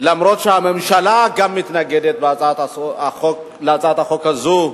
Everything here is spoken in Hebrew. אף-על-פי שהממשלה גם מתנגדת להצעת החוק הזו,